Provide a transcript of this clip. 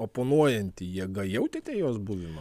oponuojanti jėga jautėte jos buvimą